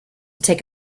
take